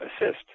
assist